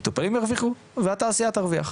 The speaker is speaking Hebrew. המטופלים ירוויחו והתעשייה תרוויח,